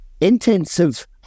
intensive